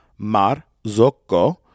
Marzocco